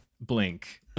blink